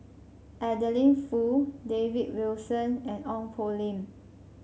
Adeline Foo David Wilson and Ong Poh Lim